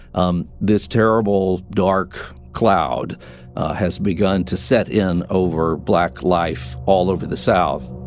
um this terrible, dark cloud has begun to set in over black life all over the south